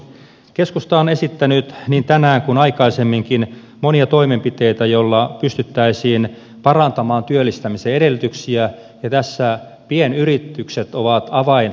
keskusta on esittänyt niin tänään kuin aikaisemminkin monia toimenpiteitä joilla pystyttäisiin parantamaan työllistämisen edellytyksiä ja tässä pienyritykset ovat avainasemassa